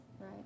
right